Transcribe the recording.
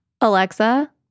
Alexa